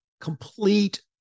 complete